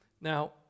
Now